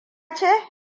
ce